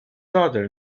other